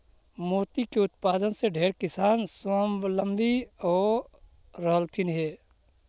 मोती के उत्पादन से ढेर किसान स्वाबलंबी हो रहलथीन हे